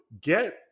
get